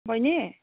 बैनी